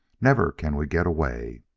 neffer can we get away!